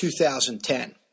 2010